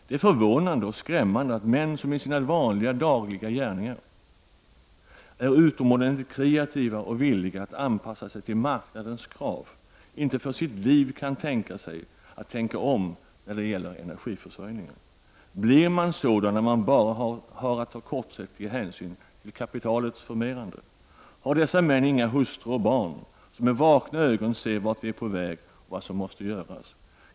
Det är förvånande och skrämmande att män som i sina vanliga dagliga gärningar är utomordentligt kreativa och villiga att anpassa sig till marknadens krav inte för sitt liv kan tänka sig att tänka om när det gäller energiförsörjningen. Blir man sådan när man bara har att ta kortsiktiga hänsyn till kapitalets förmerande? Har dessa män inga hustrur och barn, som med vakna ögon ser vart vi är på väg och vad som måste göras?